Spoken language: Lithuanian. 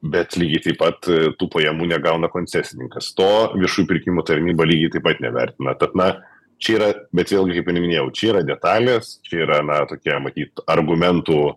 bet lygiai taip pat tų pajamų negauna koncesininkas to viešųjų pirkimų tarnyba lygiai taip pat nevertina tad na čia yra bet vėlgi kaip ir minėjau čia yra detalės čia yra na tokie matyt argumentų